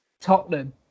Tottenham